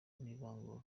n’ivangura